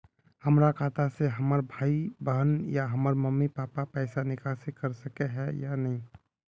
हमरा खाता से हमर भाई बहन या हमर मम्मी पापा पैसा निकासी कर सके है या नहीं?